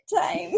time